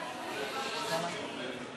אני רוצה להתנגד, בחוק השני.